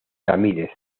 ramírez